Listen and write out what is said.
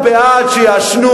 לבוא ולהגיד היום,